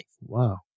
Wow